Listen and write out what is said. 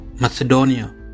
Macedonia